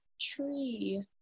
tree